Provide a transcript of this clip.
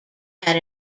had